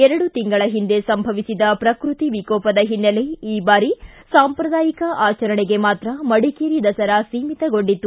ಎರಡು ತಿಂಗಳ ಹಿಂದೆ ಸಂಭವಿಸಿದ ಪ್ರಕೃತಿ ವಿಕೋಪದ ಹಿನ್ನೆಲೆ ಈ ಬಾರಿ ಸಾಂಪ್ರದಾಯಿಕ ಆಚರಣೆಗೆ ಮಾತ್ರ ಮಡಿಕೇರಿ ದಸರಾ ಸೀಮಿತಗೊಂಡಿತ್ತು